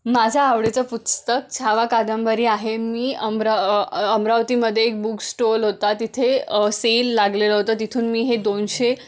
माझं आवडीचं पुस्तक छावा कादंबरी आहे मी अमरा अमरावतीमध्ये एक बुक स्टॉल होता तिथे सेल लागलेलं होतं तिथून मी हे दोनशे